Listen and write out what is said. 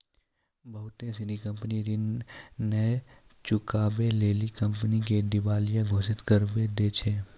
बहुते सिनी कंपनी ऋण नै चुकाबै लेली कंपनी के दिबालिया घोषित करबाय दै छै